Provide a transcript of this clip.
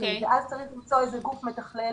אז צריך למצוא איזה גוף מתכלל